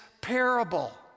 parable